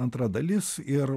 antra dalis ir